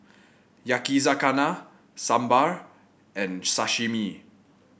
Yakizakana Sambar and Sashimi